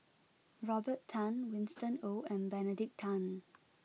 Robert Tan Winston Oh and Benedict Tan